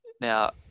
Now